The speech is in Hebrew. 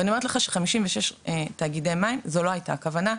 ואני אומרת לך ש- 56 תאגידי מים זו לא הייתה הכוונה,